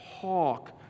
talk